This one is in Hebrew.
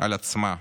על עצמה,